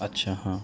اچھا ہاں